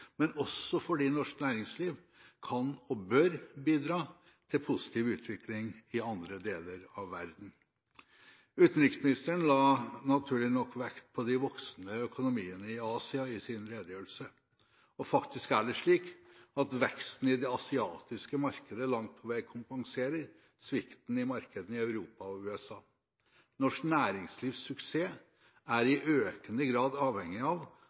men også fordi norsk næringsliv kan og bør bidra til en positiv utvikling i andre deler av verden. Utenriksministeren la naturlig nok vekt på de voksende økonomiene i Asia i sin redegjørelse, og faktisk er det slik at veksten i det asiatiske markedet langt på vei kompenserer svikten i markedene i Europa og USA. Norsk næringslivs suksess er i økende grad avhengig av